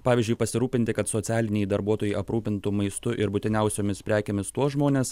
pavyzdžiui pasirūpinti kad socialiniai darbuotojai aprūpintų maistu ir būtiniausiomis prekėmis tuos žmones